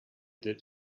that